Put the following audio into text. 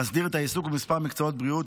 מסדיר את העיסוק במספר מקצועות בריאות,